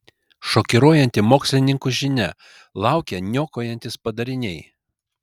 šokiruojanti mokslininkų žinia laukia niokojantys padariniai